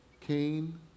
Cain